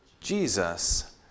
Jesus